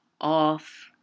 off